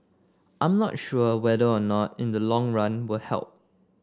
I'm not sure whether or not in the long run will help